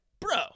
bro